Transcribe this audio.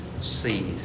seed